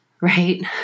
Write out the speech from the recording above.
right